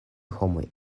homoj